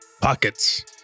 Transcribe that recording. pockets